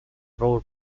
ruled